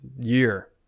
year